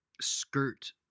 skirt